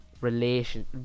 relation